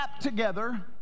together